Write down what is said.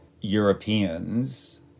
Europeans